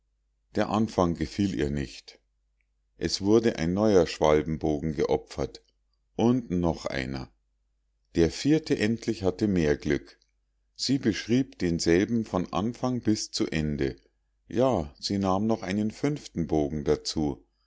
der anfang gefiel ihr nicht es wurde ein neuer schwalbenbogen geopfert und noch einer der vierte endlich hatte mehr glück sie beschrieb denselben von anfang bis zu ende ja sie nahm noch einen fünften bogen dazu